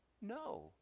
no